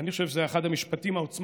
אני חושב שזה היה אחד המשפטים העוצמתיים